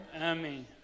Amen